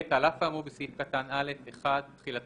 (ב)על אף האמור בסעיף קטן (א) (1)תחילתם